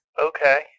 Okay